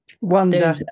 wonder